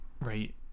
right